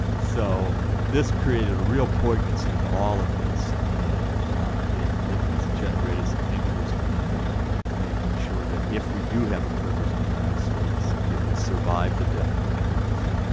so this created a real poignancy to all of this, and it it has generated some interest in making sure that if we do have a privilege in the united states, it would survive the death of the journalist.